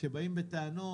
כשבאים בטענות,